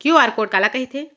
QR code काला कहिथे?